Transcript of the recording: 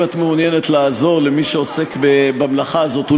אם את מעוניינת לעזור למי שעוסק במלאכה הזאת,